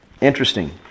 Interesting